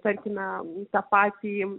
tarkime tą patį